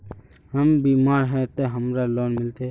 हम बीमार है ते हमरा लोन मिलते?